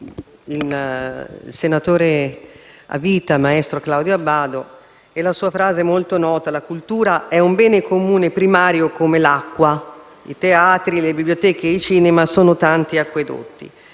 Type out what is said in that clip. il senatore a vita maestro Claudio Abbado e la sua frase molto nota: «La cultura è un bene comune primario come l'acqua. I teatri, le biblioteche, i musei e i cinema sono come tanti acquedotti».